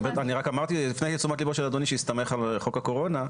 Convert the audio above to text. אני רק הפניתי את תשומת לבו של אדוני שהסתמך על חוק הקורונה,